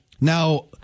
Now